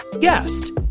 guest